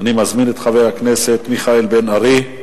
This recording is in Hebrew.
אני מזמין את חבר הכנסת מיכאל בן-ארי.